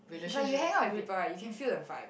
like you hangout with people right you can feel the vibe